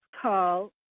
call